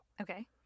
Okay